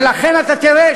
ולכן אתה תראה,